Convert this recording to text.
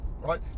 Right